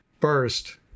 first